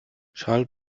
schall